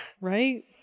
right